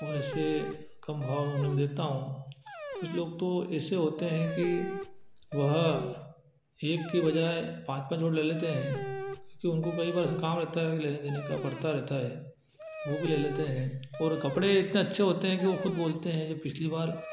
और ऐसे कम भाव में मैं उन्हें देता हूँ कुछ लोग तो ऐसे होते हैं कि वह एक के बजाए पाँच पाँच और ले लेते हैं क्यूँकि उनको कई बार काम रहता है लेने देने का पड़ता रहता है वो भी ले लेते हैं और कपड़े इतने अच्छे होते हैं कि वो खुद बोलते हैं कि पिछली बार